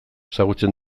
ezagutzen